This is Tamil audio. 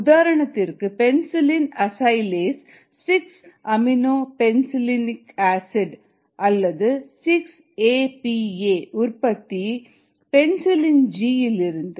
உதாரணத்திற்கு penicillin acylase 6 amino penicillanic acid அல்லது 6 ஏ பி ஏ உற்பத்தி பென்சிலின் ஜி இலிருந்து